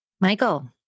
Michael